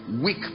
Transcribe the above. weak